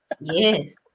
Yes